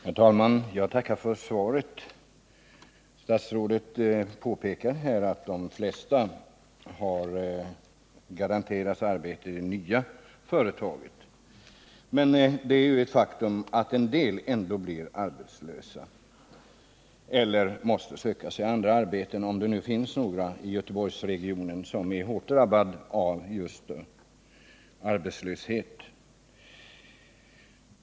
Herr talman! Jag tackar för svaret. Statsrådet påpekar här att de flesta har garanterats arbete i det nya företaget. Men det är ju ett faktum att en del ändå blir arbetslösa eller måste söka sig andra arbeten —- om det nu finns några sådana i Göteborgstrakten, som är hårt drabbad av arbetslöshet.